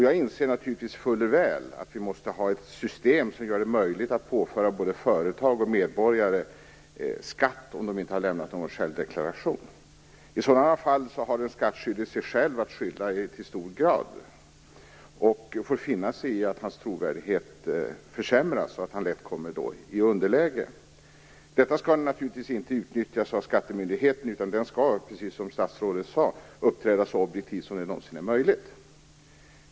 Jag inser fuller väl att vi måste ha ett system som gör det möjligt att påföra både företag och medborgare skatt om de inte har lämnat någon självdeklaration. I sådana fall har den skattskyldige till stor grad bara sig själv att skylla och får finna sig i att hans trovärdighet försämras och att han lätt kommer i underläge. Denna situation skall naturligtvis inte utnyttjas av skattemyndigheten, utan myndigheten skall - precis som statsrådet sade - uppträda så objektivt som det någonsin är möjligt.